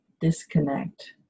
disconnect